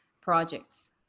projects